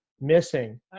missing